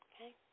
okay